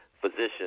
physician